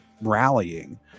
rallying